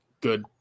good